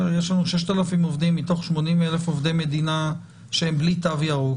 יש לנו 6,000 עובדים מתוך 80,000 עובדי מדינה שהם בלי תו ירוק,